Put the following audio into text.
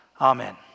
amen